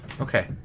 Okay